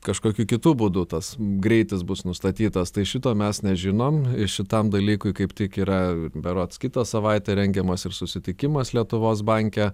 kažkokiu kitu būdu tas greitis bus nustatytas tai šito mes nežinom ir šitam dalykui kaip tik yra berods kitą savaitę rengiamas ir susitikimas lietuvos banke